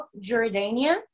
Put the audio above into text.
Jordania